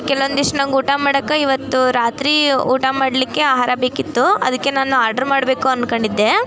ಕೆಲವೊಂದಿಷ್ಟು ನನಗ್ ಊಟ ಮಾಡಕೆ ಇವತ್ತು ರಾತ್ರಿ ಊಟ ಮಾಡಲಿಕ್ಕೆ ಆಹಾರ ಬೇಕಿತ್ತು ಅದಕ್ಕೆ ನಾನು ಆರ್ಡ್ರು ಮಾಡಬೇಕು ಅಂದ್ಕೊಂಡಿದ್ದೆ